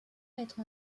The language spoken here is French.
mettre